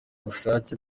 ubushake